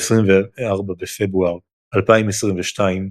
ב-24 בפברואר 2022,